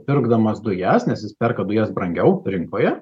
pirkdamas dujas nes jis perka dujas brangiau rinkoje